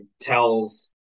Tells